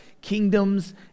kingdoms